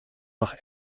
noch